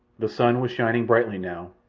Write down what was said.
the sun was shining brightly now,